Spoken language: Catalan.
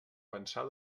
pensar